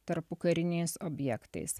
tarpukariniais objektais